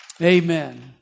Amen